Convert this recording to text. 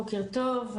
בוקר טוב,